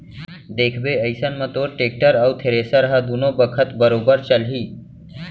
देखबे अइसन म तोर टेक्टर अउ थेरेसर ह दुनों बखत बरोबर चलही